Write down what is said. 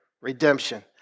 redemption